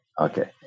Okay